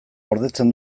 gordetzen